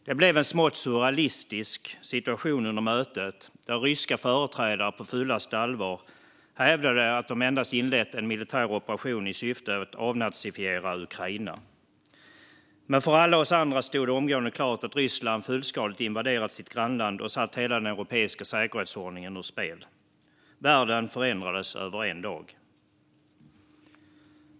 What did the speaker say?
Det blev en smått surrealistisk situation under mötet, där ryska företrädare på fullaste allvar hävdade att de endast inlett en militär operation i syfte att avnazifiera Ukraina. Men för alla oss andra stod det omgående klart att Ryssland fullskaligt invaderat sitt grannland och satt hela den europeiska säkerhetsordningen ur spel. Världen förändrades över en dag.